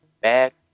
back